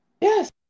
Yes